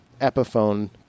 Epiphone